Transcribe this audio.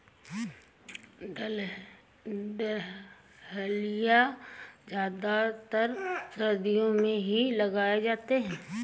dahlia ज्यादातर सर्दियो मे ही लगाये जाते है